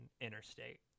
interstate